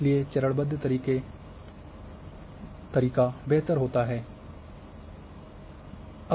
इसलिए चरणबद्ध तरीक़ा बेहतर होता है